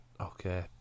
Okay